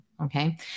Okay